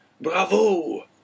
Bravo